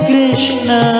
Krishna